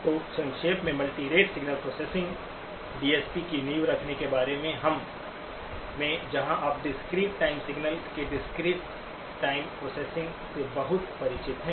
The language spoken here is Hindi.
तो संक्षेप में मल्टीरेट सिग्नल प्रोसेसिंग डीएसपी की नींव रखने के बारे में है जहां आप डिस्क्रीट-टाइम सिग्नल के डिस्क्रीट-टाइम प्रोसेसिंग से बहुत परिचित हैं